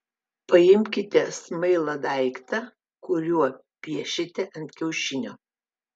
paimkite smailą daiktą kuriuo piešite ant kiaušinio